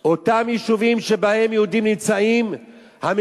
אותם יישובים שיהודים נמצאים בהם,